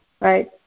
right